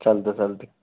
चालतं चालते